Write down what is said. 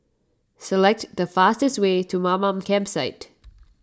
select the fastest way to Mamam Campsite